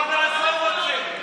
כל אחת ואחד מאזרחי ישראל.